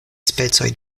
specoj